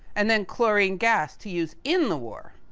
and then, chlorine gas to use in the war.